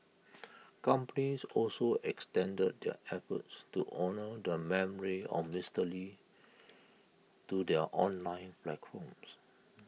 companies also extended their efforts to honour the memory of Mister lee to their online